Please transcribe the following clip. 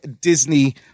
Disney